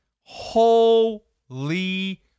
Holy